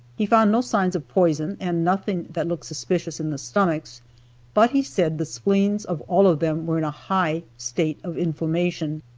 he found no signs of poison and nothing that looked suspicious in the stomachs but he said, the spleens of all of them were in a high state of inflammation.